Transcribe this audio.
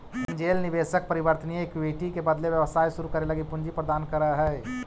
angel निवेशक परिवर्तनीय equity के बदले व्यवसाय शुरू करे लगी पूंजी प्रदान करऽ हइ